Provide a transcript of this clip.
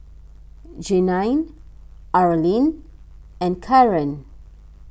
Jeanine Arlene and Karon